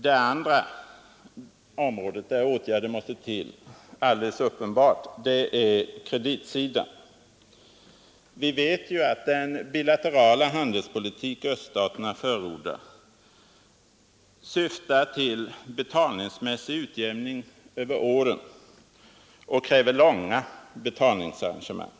Det andra området där åtgärder alldeles uppenbart krävs är kreditsidan. Vi vet ju att den bilaterala handelspolitik öststaterna förordar syftar till betalningsmässig utjämning över åren och kräver långa betalningsarrangemang.